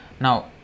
now